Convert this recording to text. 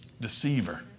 Deceiver